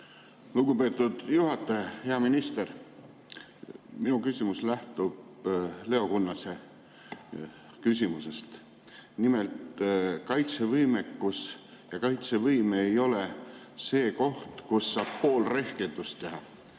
Lugupeetud juhataja! Hea minister! Minu küsimus lähtub Leo Kunnase küsimusest. Nimelt, kaitsevõimekus ja kaitsevõime ei ole see koht, kus saab pool rehkendust teha.